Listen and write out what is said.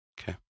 Okay